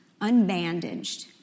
unbandaged